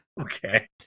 Okay